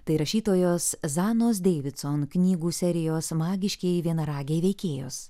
tai rašytojos zanos deividson knygų serijos magiškieji vienaragiai veikėjos